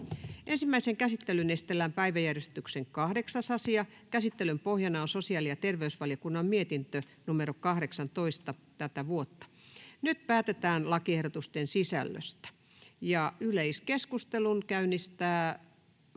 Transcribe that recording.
Ensimmäiseen käsittelyyn esitellään päiväjärjestyksen 8. asia. Käsittelyn pohjana on sosiaali- ja terveysvaliokunnan mietintö StVM 18/2023 vp. Nyt päätetään lakiehdotusten sisällöstä. — Yleiskeskustelun käynnistää